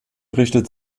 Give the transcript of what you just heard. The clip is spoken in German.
richtet